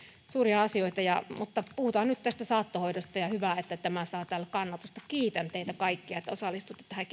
suuria asioita mutta puhutaan nyt tästä saattohoidosta ja hyvä että tämä saa täällä kannatusta kiitän teitä kaikkia että osallistuitte tähän